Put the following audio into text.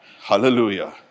hallelujah